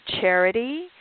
charity